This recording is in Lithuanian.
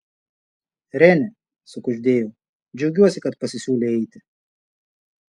renė sukuždėjau džiaugiuosi kad pasisiūlei eiti